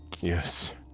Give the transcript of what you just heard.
Yes